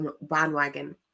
bandwagon